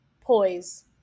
poise